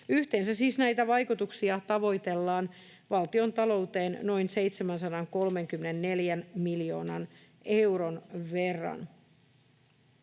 Yhteensä siis näitä vaikutuksia tavoitellaan valtiontalouteen noin 734 miljoonan euron verran.